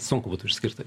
sunku būtų išskirt tai